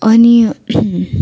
अनि